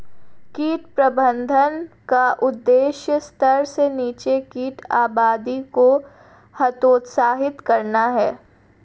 कीट प्रबंधन का उद्देश्य स्तर से नीचे कीट आबादी को हतोत्साहित करना है